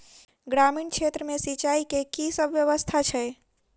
ग्रामीण क्षेत्र मे सिंचाई केँ की सब व्यवस्था छै?